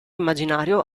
immaginario